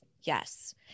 Yes